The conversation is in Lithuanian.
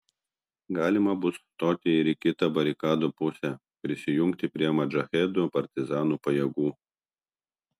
galima bus stoti ir į kitą barikadų pusę prisijungti prie modžahedų partizanų pajėgų